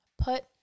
put